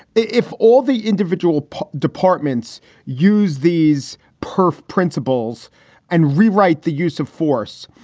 if all the individual departments use these perf principles and rewrite the use of force,